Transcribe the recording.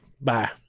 bye